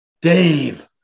Dave